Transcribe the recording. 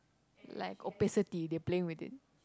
like opacity they playing with it